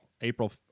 April